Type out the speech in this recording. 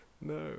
No